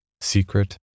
Secret